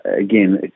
again